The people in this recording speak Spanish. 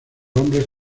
hombres